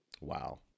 Wow